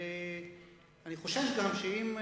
אני חושש גם שאם,